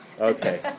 Okay